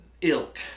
ilk